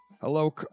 Hello